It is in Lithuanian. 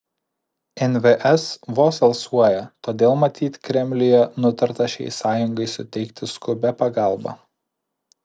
nvs vos alsuoja todėl matyt kremliuje nutarta šiai sąjungai suteikti skubią pagalbą